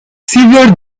sever